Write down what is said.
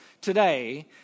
today